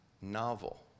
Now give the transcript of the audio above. novel